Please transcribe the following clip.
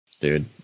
Dude